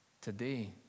Today